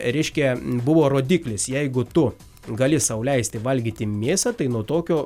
reiškia buvo rodiklis jeigu tu gali sau leisti valgyti mėsą tai nuo tokio